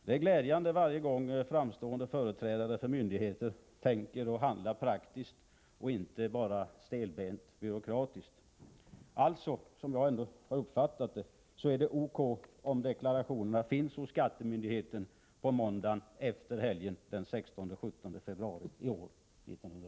Det är glädjande varje gång som framstående företrädare för myndigheter tänker och handlar praktiskt och inte bara stelbent byråkratiskt. Jag uppfattar det alltså ändå så, att det är O.K. om deklarationen finns hos skattemyndigheten senast på måndagen efter helgen den 16-17 februari i år.